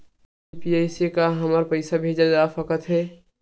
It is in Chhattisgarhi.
यू.पी.आई से का हमर पईसा भेजा सकत हे?